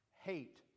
hate